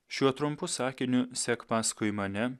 šiuo trumpu sakiniu sek paskui mane